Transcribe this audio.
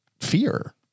fear